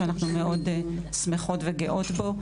שאנחנו מאוד שמחות וגאות בו,